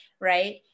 right